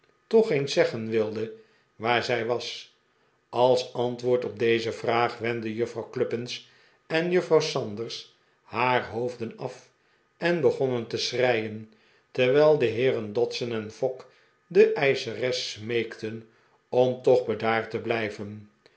toch eens zeggen wilde waar zij was ais antwoord op deze vraag wendden juffrouw cluppins en juffrouw sanders haar hoofden af en begonnen te schreien terwijl de heeren dodson en fogg de eischeres smeekten om toch bedaard te blijven